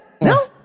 No